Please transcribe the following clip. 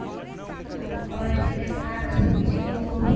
ᱚᱱᱟ ᱪᱤᱠᱟᱹ ᱥᱟᱠ ᱥᱚᱵᱡᱤ ᱠᱚ